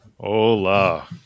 Hola